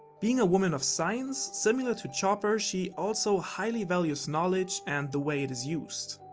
being a woman of science, similar to chopper, she also highly values knowledge and the way it is used.